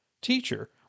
Teacher